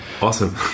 Awesome